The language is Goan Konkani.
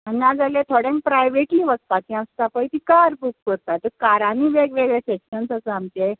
आनी ना जाल्यार थोड्यांक प्रायव्हेटली वचपाचें आसता पळय तीं कार करून वतात कारांनीं वेग वेगळे सेकशन्स आसा आमचे